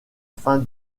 fin